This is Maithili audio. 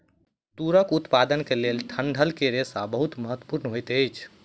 तूरक उत्पादन के लेल डंठल के रेशा बहुत महत्वपूर्ण होइत अछि